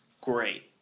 great